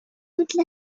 toute